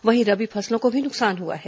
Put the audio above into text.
वहीं रबी फसलों को भी नुकसान हआ है